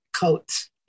coats